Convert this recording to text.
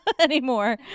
anymore